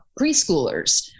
preschoolers